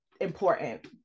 important